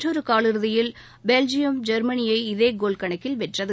மற்றொரு காலிறுதியில் பெல்ஜியம் ஜெர்மனியை இதே கோல் கணக்கில் வென்றது